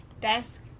desk